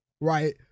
right